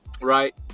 Right